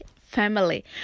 family